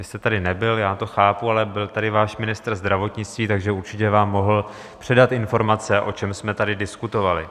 Vy jste tady nebyl, já to chápu, ale byl tady váš ministr zdravotnictví, takže vám určitě mohl předat informace, o čem jsme tady diskutovali.